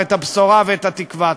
את הבשורה ואת התקווה.